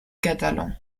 catalan